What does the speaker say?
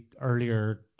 earlier